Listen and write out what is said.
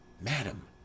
Madam